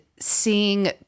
seeing